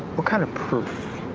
what kind of proof?